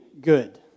good